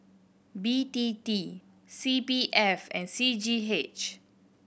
B T T C P F and C G H